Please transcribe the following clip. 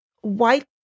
white